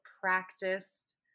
practiced